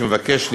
שמבקשת,